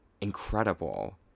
incredible